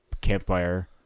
campfire